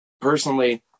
personally